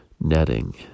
netting